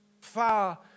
Far